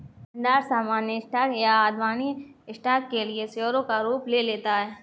भंडार सामान्य स्टॉक या अधिमान्य स्टॉक के लिए शेयरों का रूप ले लेता है